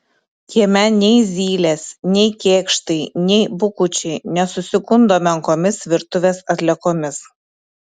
kieme nei zylės nei kėkštai nei bukučiai nesusigundo menkomis virtuvės atliekomis